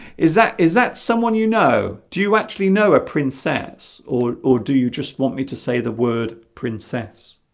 is that is that someone you know do you actually know a princess or or do you just want me to say the word princess